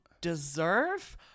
deserve